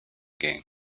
game